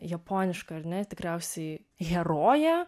japoniška ar ne tikriausiai herojė